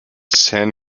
san